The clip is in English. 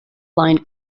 line